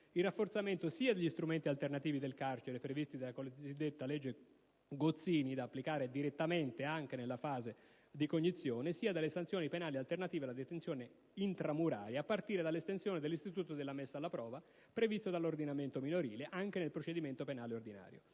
al rafforzamento sia degli strumenti alternativi al carcere previsti dalla così detta legge Gozzini, da applicare direttamente anche nella fase di cognizione, sia delle sanzioni penali alternative alla detenzione intramuraria, a partire dall'estensione dell'istituto della messa alla prova, previsto dall'ordinamento minorile anche nel procedimento penale ordinario.